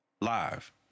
Live